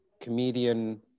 comedian